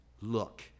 look